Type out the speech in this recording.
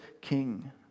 king